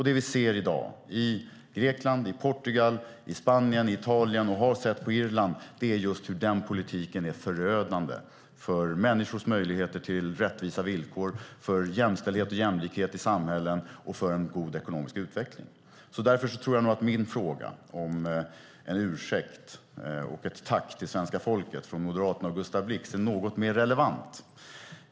Det vi ser i dag i Grekland, i Portugal, i Spanien och i Italien och som vi har sett på Irland är just hur den politiken är förödande för människors möjligheter till rättvisa villkor, jämställdhet och jämlikhet i samhällen och en god ekonomisk utveckling. Därför tror jag nog att min fråga om ett tack till svenska folket från Moderaterna och Gustav Blix är något mer relevant.